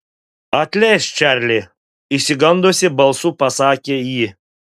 atleisk čarli išsigandusi balsu pasakė ji